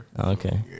Okay